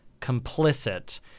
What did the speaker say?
complicit